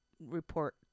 report